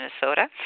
Minnesota